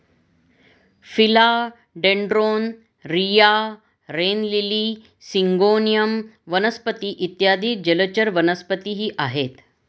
फिला dendron, रिया, rain lily, syngonium वनस्पती इत्यादी जलचर वनस्पतीही आहेत